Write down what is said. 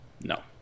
No